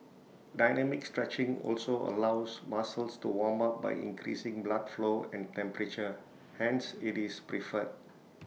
dynamic stretching also allows muscles to warm up by increasing blood flow and temperature hence IT is preferred